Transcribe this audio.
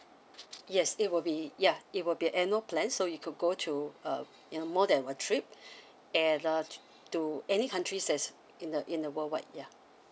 yes it will be ya it will be annual plans so you could go to uh you know more than a trip and uh t~ to any countries that is in the in the worldwide ya